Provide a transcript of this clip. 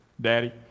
Daddy